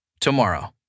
tomorrow